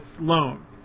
loan